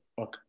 okay